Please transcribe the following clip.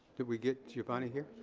did we get giovanni here?